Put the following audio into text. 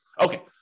Okay